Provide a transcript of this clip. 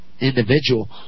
individual